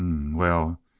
well,